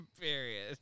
Period